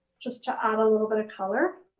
just to add a little bit of color.